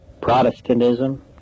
Protestantism